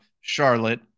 charlotte